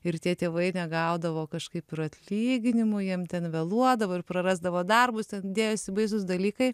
ir tie tėvai negaudavo kažkaip ir atlyginimų jiem ten vėluodavo ir prarasdavo darbus ten dėjosi baisūs dalykai